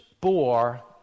bore